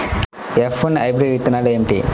F one hybrid విత్తనాలు ఏమిటి?